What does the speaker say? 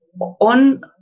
on